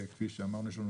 כפי שאמרנו,